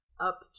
up